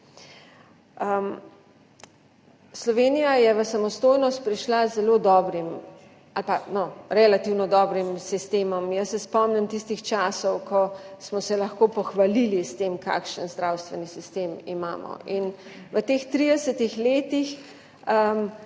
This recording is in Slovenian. Slovenija je v samostojnost prišla z zelo dobrim ali pa, no, relativno dobrim sistemom. Jaz se spomnim tistih časov, ko smo se lahko pohvalili s tem, kakšen zdravstveni sistem imamo. V teh 30 letih